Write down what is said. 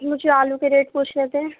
مجھےآلو کے ریٹ پوچھنے تھے